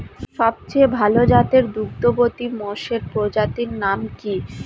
সবচেয়ে ভাল জাতের দুগ্ধবতী মোষের প্রজাতির নাম কি?